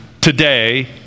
today